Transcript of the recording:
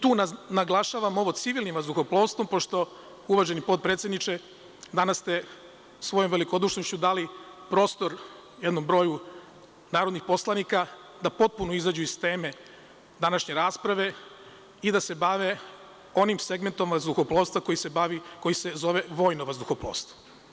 Tu naglašavam ovo civilnim vazduhoplovstvom, pošto ste, uvaženi potpredsedniče, danas svojom velikodušnošću dali prostor jednom broju narodnih poslanika da potpuno izađu iz teme današnje rasprave i da se bave onim segmentom vazduhoplovstva koji se zove vojno vazduhoplovstvo.